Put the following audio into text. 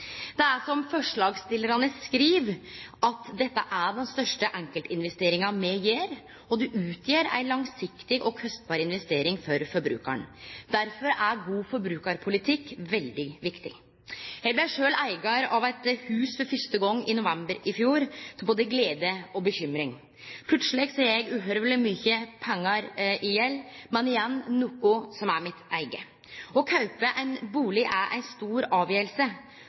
Det er som forslagsstillarane skriv, dette er den største enkeltinvesteringa me gjer, og det utgjer ei langsiktig og kostbar investering for forbrukaren. Derfor er god forbrukarpolitikk veldig viktig. Eg blei sjølv eigar av eit hus for første gong i november i fjor, til både glede og bekymring. Plutseleg har eg uhorveleg mykje pengar i gjeld, men igjen, noko som er mitt eige. Å kjøpe ein bustad er ei stor